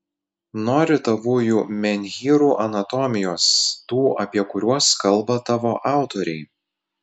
nori tavųjų menhyrų anatomijos tų apie kuriuos kalba tavo autoriai